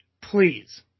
Please